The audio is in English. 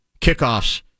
kickoffs